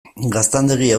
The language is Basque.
gaztandegia